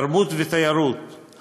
תרבות ותיירות,